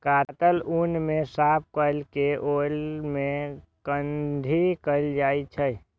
काटल ऊन कें साफ कैर के ओय मे कंघी कैल जाइ छै